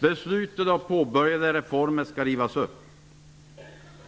Beslutade och påbörjade reformer skall rivas upp.